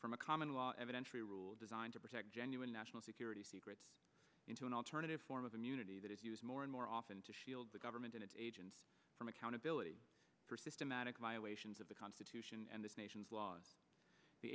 from a common law evidentially rule designed to protect genuine national security secrets into an alternative form of immunity that is used more and more often to shield the government and its agents from accountability for systematic violations of the constitution and this nation's laws the